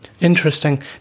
Interesting